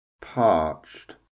parched